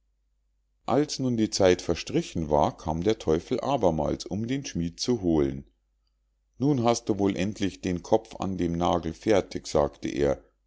als nun die zeit verstrichen war kam der teufel abermals um den schmied zu holen nun hast du wohl endlich den kopf an dem nagel fertig sagte er